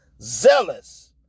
zealous